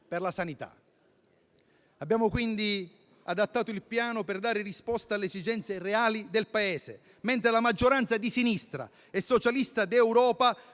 alla sanità. Abbiamo quindi adattato il Piano per dare risposta alle esigenze reali del Paese, mentre la maggioranza di sinistra e socialista d'Europa